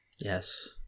yes